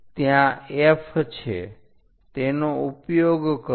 ત્યાં F છે તેનો ઉપયોગ કરો